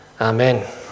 Amen